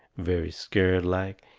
very scared-like,